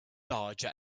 larger